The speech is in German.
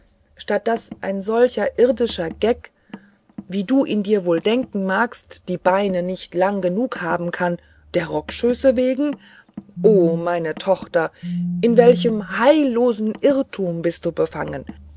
statt daß ein solcher irdischer geck wie du ihn dir wohl denken magst die beine nicht lang genug haben kann der rockschöße wegen o meine tochter in welchem heillosen irrtum bist du befangen